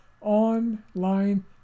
Online